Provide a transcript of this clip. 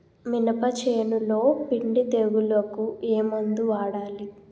మినప చేనులో పిండి తెగులుకు ఏమందు వాడాలి?